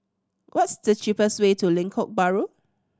what's the cheapest way to Lengkok Bahru